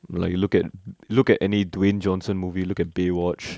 like you look at look at any dwayne johnson movie look at bay watch